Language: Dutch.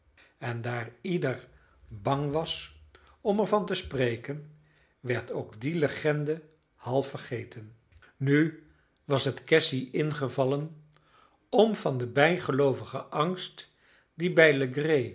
en daar ieder bang was om er van te spreken werd ook de legende half vergeten nu was het cassy ingevallen om van den bijgeloovigen angst die bij